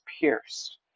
pierced